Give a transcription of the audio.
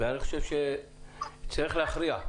אני חושב שצריך להכריע.